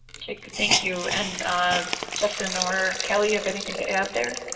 thank you and justin or kelly, you have anything to add there?